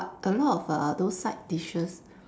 but a lot of uh those side dishes